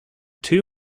two